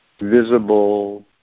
visible